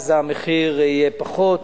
אז המחיר יהיה פחות.